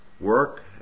Work